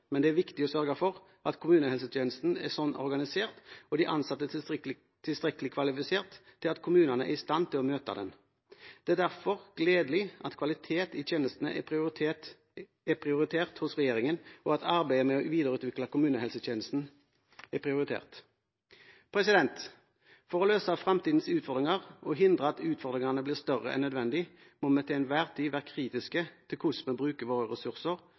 men det er viktig å sørge for at kommunehelsetjenesten er organisert – og de ansatte tilstrekkelig kvalifiserte – slik at kommunene er i stand til å møte den. Det er derfor gledelig at kvalitet i tjenestene er prioritert hos regjeringen, og at arbeidet med å videreutvikle kommunehelsetjenesten er prioritert. For å løse fremtidens utfordringer og hindre at utfordringene blir større enn nødvendig må vi til enhver tid være kritiske til hvordan vi bruker våre ressurser,